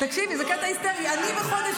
אני בחודש